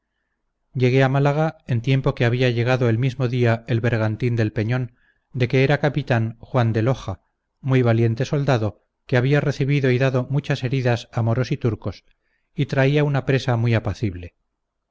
llegué a málaga en tiempo que había llegado el mismo día el bergantín del peñón de que era capitán juan de loja muy valiente soldado que había recibido y dado muchas heridas a moros y turcos y traía una presa muy apacible